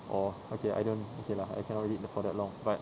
or okay I don't okay lah I cannot read tha~ for that long but